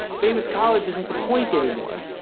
famous college isn't the point anymore.